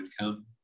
income